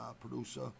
producer